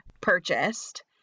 purchased